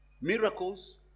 miracles